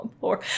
poor